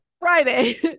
Friday